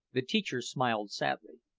the teacher smiled sadly.